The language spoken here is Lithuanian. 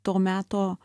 to meto